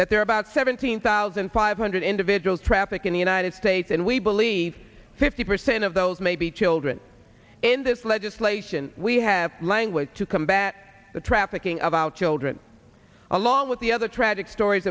that there are about seventeen thousand five hundred individuals traffic in the united states and we believe fifty percent of those may be children in this legislation we have language to combat the trafficking of our children along with the other tragic stories